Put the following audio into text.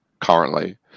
currently